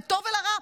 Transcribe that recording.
לטוב ולרע,